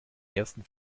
ersten